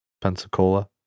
Pensacola